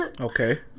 Okay